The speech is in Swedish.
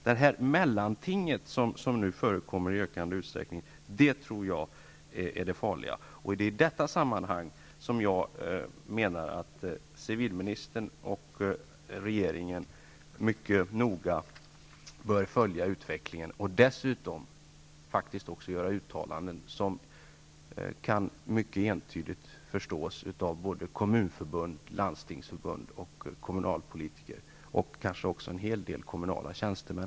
Det mellanting som nu förekommer i ökande omfattning är det farliga i sammanhanget. Civilministern och regeringen bör mycket noga följa utvecklingen på detta område och dessutom göra uttalanden som entydigt kan förstås såväl av kommunförbund, landstingsförbund och kommunalpolitiker som av kommunala tjänstemän.